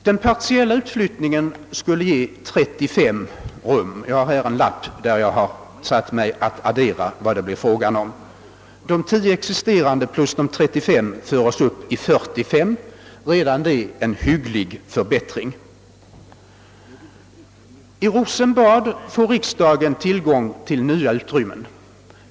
Den partiella överflyttningen av riksdagsbiblioteket skulle, som jag sagt, ge 35 rum. Jag adderar dessa till de redan existerande 10 rummen och vi får alltså 45 rum, redan det en hygglig förbättring. I Rosenbad får riksdagen tillgång till nya utrymmen.